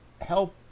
help